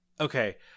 Okay